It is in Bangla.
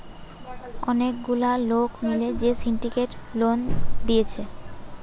অনেক গুলা লোক মিলে যে সিন্ডিকেট লোন দিচ্ছে